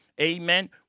Amen